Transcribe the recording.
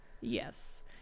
Yes